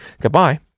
Goodbye